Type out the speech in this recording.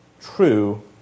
true